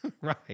Right